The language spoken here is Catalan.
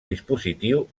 dispositiu